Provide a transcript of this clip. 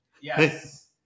Yes